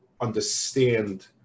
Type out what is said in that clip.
understand